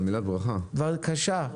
בבקשה.